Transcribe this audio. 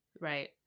Right